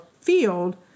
field